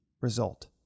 result